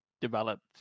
developed